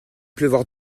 pleuvoir